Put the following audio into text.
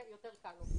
יותר קל לו.